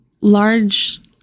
large